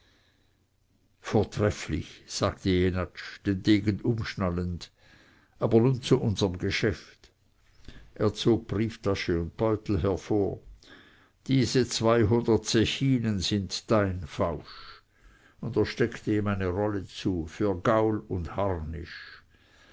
vortrefflich sagte jenatsch den degen umschnallend aber nun zu unserm geschäft er zog brieftasche und beutel hervor diese zweihundert zechinen sind dein fausch und er steckte ihm eine rolle zu für gaul und harnisch